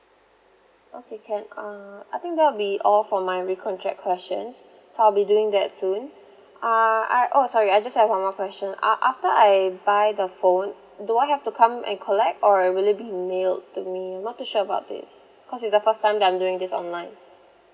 okay can uh I think that will be all for my recontract questions so I'll be doing that soon uh I oh sorry I just have one more question uh after I I buy the phone do I have to come and collect or will it be mailed to me I'm not too sure about this cause it's the first time I'm doing this online